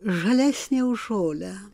žalesnė už žolę